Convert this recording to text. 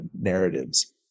narratives